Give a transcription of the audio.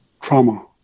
trauma